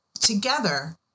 Together